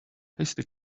hasty